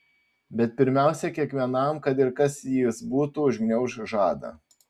bet pirmiausia kiekvienam kad ir kas jis būtų užgniauš žadą